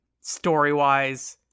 story-wise